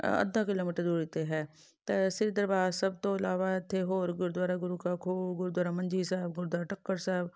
ਅੱਧਾ ਕਿਲੋਮੀਟਰ ਦੂਰੀ 'ਤੇ ਹੈ ਤਾਂ ਸ੍ਰੀ ਦਰਬਾਰ ਸਾਹਿਬ ਤੋਂ ਇਲਾਵਾ ਇੱਥੇ ਹੋਰ ਗੁਰਦੁਆਰਾ ਗੁਰੂ ਕਾ ਖੁਹ ਗੁਰਦੁਆਰਾ ਮੰਜੀ ਸਾਹਿਬ ਗੁਰਦੁਆਰਾ ਟੱਕਰ ਸਾਹਿਬ